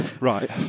Right